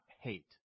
hate